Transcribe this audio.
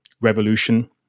revolution